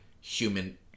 human